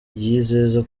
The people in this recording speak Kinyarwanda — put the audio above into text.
yizeza